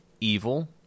evil